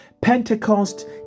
Pentecost